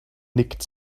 nickt